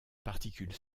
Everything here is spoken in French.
particules